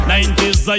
Nineties